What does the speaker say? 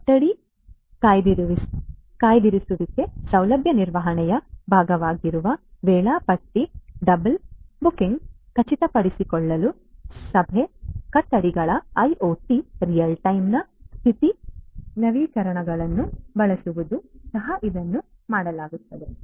ಕೊಠಡಿ ಕಾಯ್ದಿರಿಸುವಿಕೆ ಸೌಲಭ್ಯ ನಿರ್ವಹಣೆಯ ಭಾಗವಾಗಿರುವ ವೇಳಾಪಟ್ಟಿ ಡಬಲ್ ಬುಕಿಂಗ್ ಖಚಿತಪಡಿಸಿಕೊಳ್ಳಲು ಸಭೆ ಕೊಠಡಿಗಳ ಐಒಟಿ ರಿಯಲ್ ಟೈಮ್ ನ ಸ್ಥಿತಿ ನವೀಕರಣಗಳನ್ನು ಬಳಸುವುದು ಸಹ ಇದನ್ನು ಮಾಡಲಾಗುತ್ತದೆ